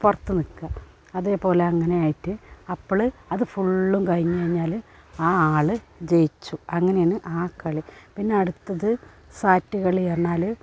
പുറത്തു നിൽക്കുക അതേപോലങ്ങനെ ആയിട്ട് അപ്പോൾ അതു ഫുള്ളും കഴിഞ്ഞു കഴിഞ്ഞാൽ ആ ആൾ ജയിച്ചു അങ്ങനെയാണ് ആ കളി പിന്നെ അടുത്തത് സാറ്റ് കളി പറഞ്ഞാൽ